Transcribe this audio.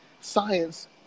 science